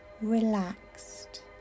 relaxed